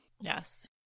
Yes